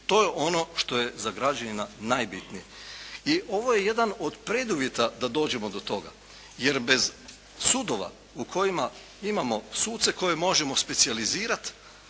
To je ono što je za građanina najbitnije. I ovo je jedan od preduvjeta da dođemo do toga. Jer bez sudova u kojima imamo suce koje možemo specijalizirati,